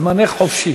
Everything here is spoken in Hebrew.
זמנך חופשי